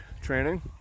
training